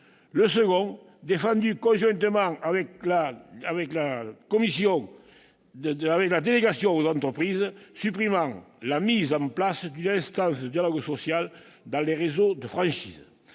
le second, défendu conjointement avec la délégation aux entreprises, supprimant la mise en place d'une instance du dialogue social dans les réseaux de franchise.